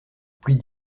plus